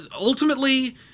ultimately